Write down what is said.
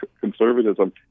conservatism